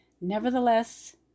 Nevertheless